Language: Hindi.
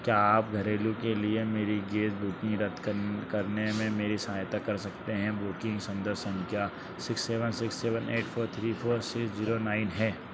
क्या आप घरेलू के लिए मेरी गैस बुकिंग रद्द कर करने में मेरी सहायता कर सकते हैं बुकिंग संदर्भ संख्या six seven six seven eight four three सिस जीरो नाइन है